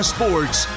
Sports